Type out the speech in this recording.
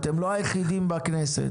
אתם לא היחידים בכנסת.